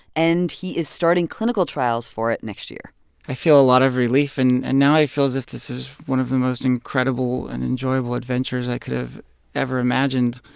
and he is starting clinical trials for it next year i feel a lot of relief. and and now i feel as if this is one of the most incredible and enjoyable adventures i could have ever imagined.